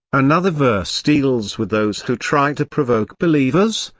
another verse deals with those who try to provoke believers,